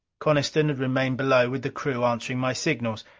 coniston had remained below with the crew answering my signals.